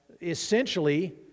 essentially